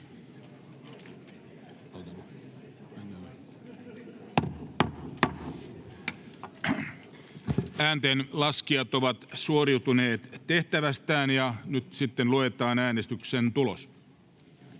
Ääntenlaskijat ovat suoriutuneet tehtävästään, ja nyt luetaan äänestyksen tulos.